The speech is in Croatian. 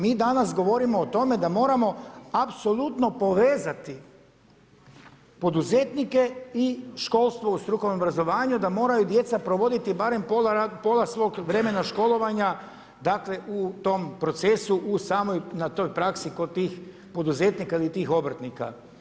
Mi danas govorimo o tome da moramo apsolutno povezati poduzetnike i školstvo u strukovnom obrazovanju, da moraju djeca provoditi barem pola svog vremena školovanja dakle u tom procesu na samoj toj praksi kod tih poduzetnika ili tih obrtnika.